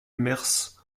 mers